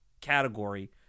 category